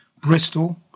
Bristol